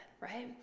right